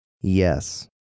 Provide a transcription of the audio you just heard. Yes